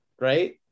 right